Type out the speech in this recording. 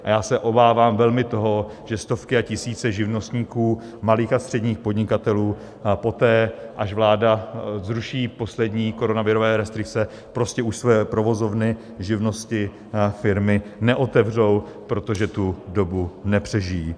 A já se obávám velmi toho, že stovky a tisíce živnostníků, malých a středních podnikatelů poté, až vláda zruší poslední koronavirové restrikce, prostě už své provozovny, živnosti a firmy neotevřou, protože tu dobu nepřežijí.